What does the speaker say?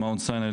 מ-Mount Sinai,